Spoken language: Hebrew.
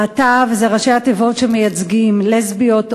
להט"ב זה ראשי התיבות שמייצגים לסביות,